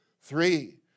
Three